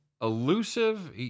elusive